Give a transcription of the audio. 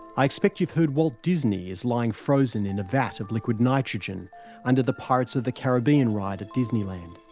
i expect you've heard that walt disney is lying frozen in a vat of liquid nitrogen under the pirates of the caribbean ride at disneyland.